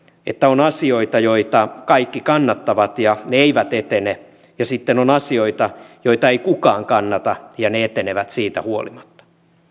että on asioita joita kaikki kannattavat ja ne eivät etene ja sitten on asioita joita ei kukaan kannata ja ne etenevät siitä huolimatta